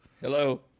Hello